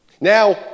now